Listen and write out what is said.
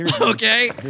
Okay